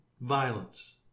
violence